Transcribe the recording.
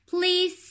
Please